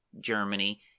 Germany